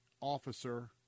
officer